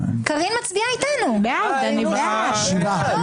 מי נמנע?